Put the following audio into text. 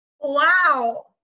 Wow